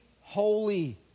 holy